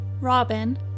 Robin